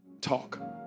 talk